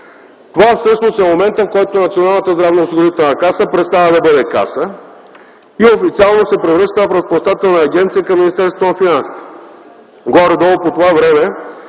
Това всъщност е моментът, в който Националната здравноосигурителна каса престава да бъде „каса” и официално се превръща в разплащателна агенция към Министерство на финансите. Горе-долу по това време